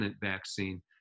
vaccine